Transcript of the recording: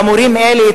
למורים אלה,